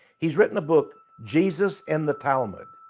he has written a book jesus in the talmud.